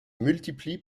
multiplie